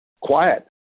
quiet